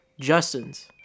Justin's